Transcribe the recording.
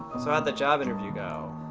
so, how'd the job interview go?